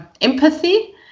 empathy